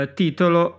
titolo